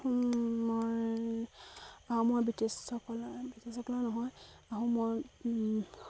মই আহোমৰ ব্ৰিটিছসকলৰ ব্ৰিটিছসকলে নহয় আহোমৰ